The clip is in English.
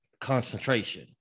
concentration